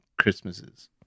Christmases